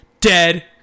dead